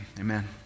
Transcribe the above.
amen